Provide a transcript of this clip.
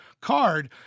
card